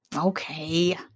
Okay